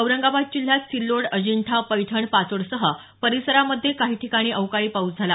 औरंगाबाद जिल्ह्यात सिल्लोड अजिंठा पैठण पाचोडसह परिसरामध्ये काही ठिकाणी अवकाळी पाऊस झाला